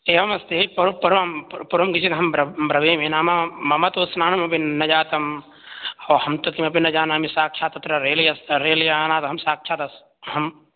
एवमस्ति पुर् पूर्वं पूर्वं किञ्चिदहं ब्र ब्रवीमि नाम मम तु स्नानमपि न जातं हो अहं तु किमपि न जानामि साक्षात् अत्र रेल् यस्त रेल्यानात् अहं साक्षात् अहं